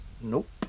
Nope